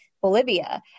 Bolivia